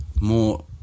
more